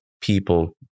people